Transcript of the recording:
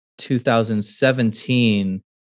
2017